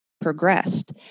progressed